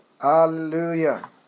Hallelujah